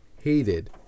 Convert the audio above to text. hated